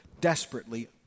desperately